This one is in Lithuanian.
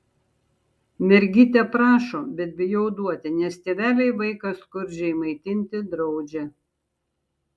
mergytė prašo bet bijau duoti nes tėveliai vaiką skurdžiai maitinti draudžia